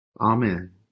Amen